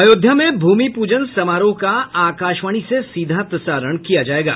अयोध्या में भूमि पूजन समारोह का आकाशवाणी से सीधा प्रसारण किया जाएगा